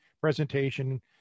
presentation